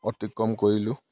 অতিক্ৰম কৰিলোঁ